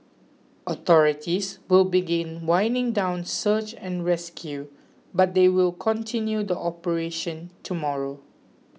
authorities will begin winding down search and rescue but they will continue the operation tomorrow